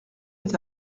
est